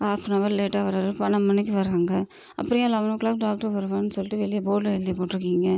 of an அவர் லேட்டாக வராரு பன்னெண்டு மணிக்கு வராங்க அப்புறம் ஏன் லவன் ஓ கிளாக் டாக்டரு வருவாருன்னு சொல்லிட்டு வெளியே போர்டில் எழுதி போட்டிருக்கிங்க